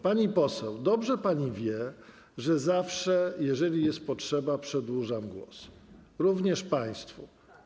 Pani poseł, dobrze pani wie, że zawsze, jeżeli jest potrzeba, przedłużam głos - również państwu.